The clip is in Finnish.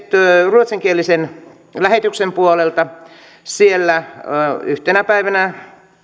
ruotsinkielisen lähetyksen puolelta siellä yhtenä päivänä